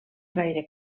gaire